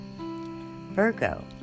Virgo